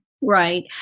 Right